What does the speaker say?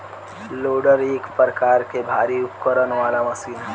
loader एक प्रकार के भारी उपकरण वाला मशीन ह